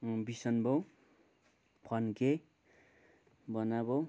बिसान बाउ फन्के भनाबो